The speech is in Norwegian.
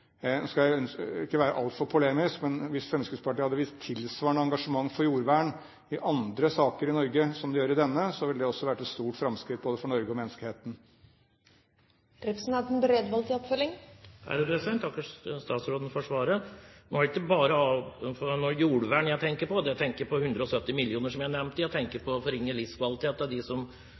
Nå skal jeg ikke være altfor polemisk, men hvis Fremskrittspartiet hadde vist tilsvarende engasjement for jordvern i andre saker i Norge som det de gjør i denne, ville det vært et stort framskritt både for Norge og for menneskeheten. Jeg takker statsråden for svaret. Nå er det ikke bare jordvern jeg tenker på. Jeg tenker på 170 mill. kr, som jeg nevnte, jeg tenker på dem som får en forringet livskvalitet fordi deres hus blir revet, og på dem som